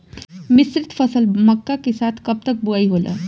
मिश्रित फसल मक्का के साथ कब तक बुआई होला?